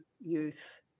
youth